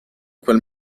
quel